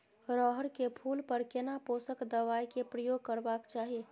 रहर के फूल पर केना पोषक दबाय के प्रयोग करबाक चाही?